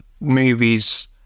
movies